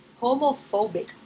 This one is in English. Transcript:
homophobic